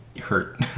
hurt